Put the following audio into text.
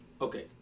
Okay